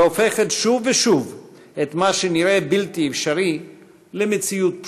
והופכת שוב ושוב את מה שנראה בלתי אפשרי למציאות פשוטה.